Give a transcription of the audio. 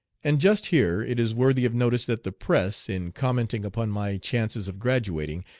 and just here it is worthy of notice that the press, in commenting upon my chances of graduating,